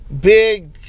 big